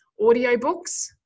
Audiobooks